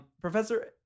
Professor